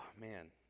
man